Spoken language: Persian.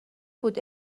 بود